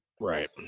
Right